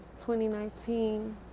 2019